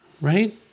Right